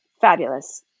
fabulous